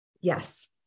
Yes